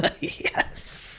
Yes